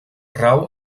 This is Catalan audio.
rau